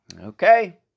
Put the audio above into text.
Okay